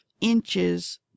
inches